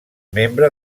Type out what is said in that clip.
membre